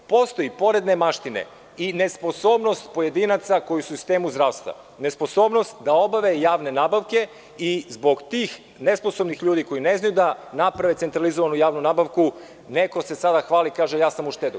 Postoji pored nemaštine i nesposobnost pojedinaca koji su u sistemu zdravstva, nesposobnost da obave javne nabavke i zbog tih nesposobnih ljudi, koji ne znaju da naprave centralizovanu javnu nabavku, neko se sada hvali i kaže – ja sam uštedeo.